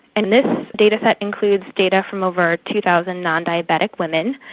and this dataset includes data from over two thousand non-diabetic women,